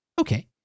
Okay